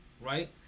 Right